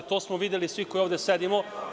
To smo videli svi koji ovde sedimo.